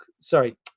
Sorry